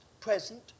present